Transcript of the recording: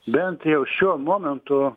bent jau šiuo momentu